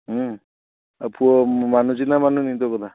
ହଁ ଆଉ ପୁଅ ମାନୁଛି ନା ମାନୁନି ତୋ କଥା